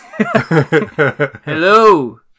Hello